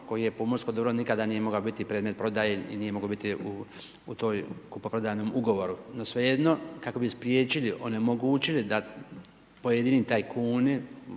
koji je pomorsko dobro nikada nije mogao biti predmet prodaje i nije mogao biti u toj kupoprodajnom ugovoru. No svejedno kako bi spriječili, onemogućili da pojedini tajkuni